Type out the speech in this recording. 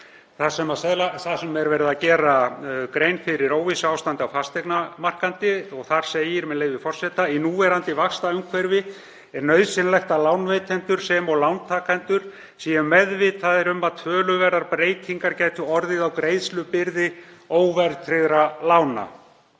þar sem er verið að gera grein fyrir óvissuástandi á fasteignamarkaði. Þar segir, með leyfi forseta: „Í núverandi vaxtaumhverfi er nauðsynlegt að lánveitendur sem og lántakendur séu meðvitaðir um að töluverðar breytingar gætu orðið á greiðslubyrði óverðtryggðra lána.“